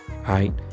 Right